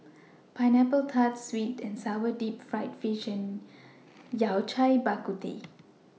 Pineapple Tart Sweet and Sour Deep Fried Fish and Yao Cai Bak Kut Teh